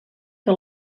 que